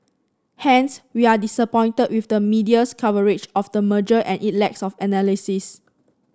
hence we are disappointed with the media's coverage of the merger and it lacks of analysis